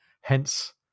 Hence